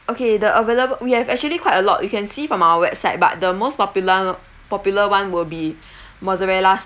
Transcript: okay the availabl~ we have actually quite a lot you can see from our website but the most popula~ popular one will be mozzarella